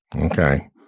Okay